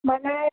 मला